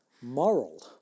moral